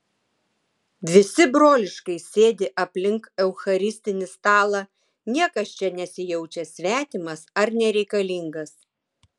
visi broliškai sėdi aplink eucharistinį stalą niekas čia nesijaučia svetimas ar nereikalingas